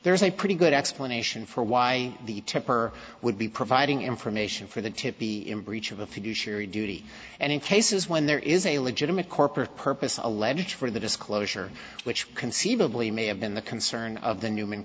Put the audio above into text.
there is a pretty good explanation for why the temper would be providing information for the to be in breach of a fiduciary duty and in cases when there is a legitimate corporate purpose alleged for the disclosure which conceivably may have been the concern of the newman